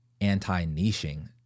anti-niching